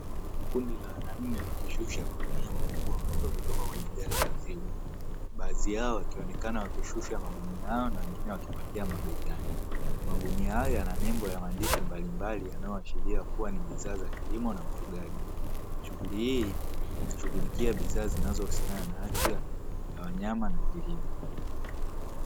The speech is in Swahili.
Kundi la wanaume wakishusha mizigo kutoka kwenye gari la kubebea mizigo, baadhi yao wakishusha magunia hayo na wengine wakibeba mabegani, magunia hayo yana nembo na maandishi mbalimbali yanayoashiria kuwa ni bidhaa za kilimo na ufugaji, shughuli hii inashughulikia bidhaa zinazohusiana na afya ya wanyama na kilimo.